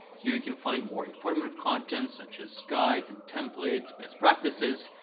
here you can find more informative content such as guides and templates, best practices,